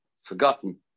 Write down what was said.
forgotten